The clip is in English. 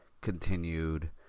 continued